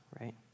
right